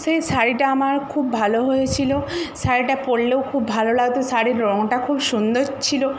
সেই শাড়িটা আমার খুব ভালো হয়েছিল শাড়িটা পরলেও খুব ভালো লাগত শাড়ির রঙটা খুব সুন্দর ছিল